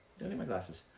don't eat my glasses.